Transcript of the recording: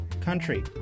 country